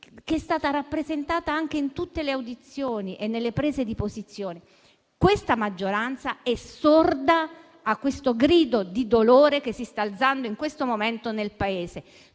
che è stata rappresentata anche in tutte le audizioni e nelle prese di posizione. Questa maggioranza è sorda a questo grido di dolore che si sta alzando in questo momento nel Paese.